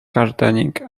gardening